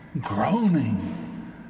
groaning